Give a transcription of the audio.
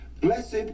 Blessed